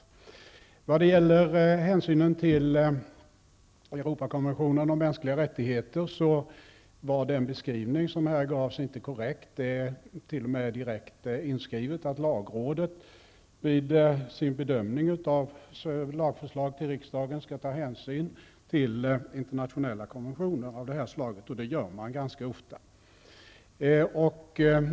Den beskrivning som här gavs av hänsynen till Europakonventionen om mänskliga rättigheter var inte korrekt. Det är t.o.m. direkt inskrivet att lagrådet vid sin bedömning av lagförslag till riksdagen skall ta hänsyn till internationella konventioner av det här slaget, och det gör man ganska ofta.